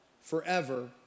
forever